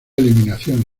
eliminación